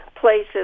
places